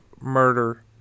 murder